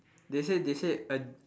they say they said a